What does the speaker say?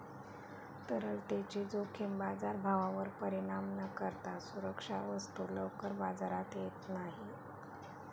तरलतेची जोखीम बाजारभावावर परिणाम न करता सुरक्षा वस्तू लवकर बाजारात येत नाही